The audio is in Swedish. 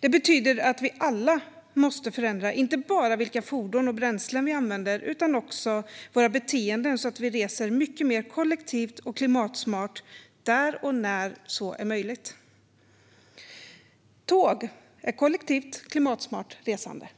Det betyder att vi alla måste förändra inte bara vilka fordon och bränslen vi använder utan också våra beteenden så att vi reser mycket mer kollektivt och klimatsmart där och när så är möjligt. Tåg är kollektivt, klimatsmart resande.